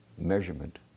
measurement